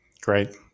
Great